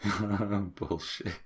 Bullshit